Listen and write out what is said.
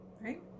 Right